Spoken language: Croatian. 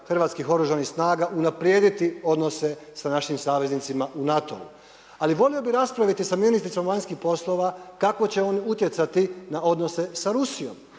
hrvatskih Oružanih snaga unaprijediti odnose sa našim saveznicima u NATO-u. Ali volio bih raspraviti sa ministricom vanjskih poslova kako će on utjecati na odnose sa Rusijom,